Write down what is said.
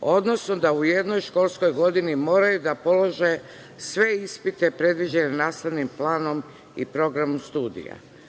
odnosno da u jednoj školskoj godini moraju da polože sve ispite predviđene nastavnim planom i programom studija. Ne